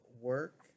work